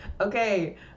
Okay